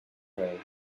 rei